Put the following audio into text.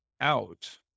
out